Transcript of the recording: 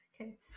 Okay